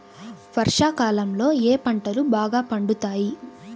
వర్షాకాలంలో ఏ పంటలు బాగా పండుతాయి?